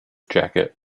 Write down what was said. jacket